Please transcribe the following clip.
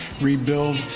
rebuild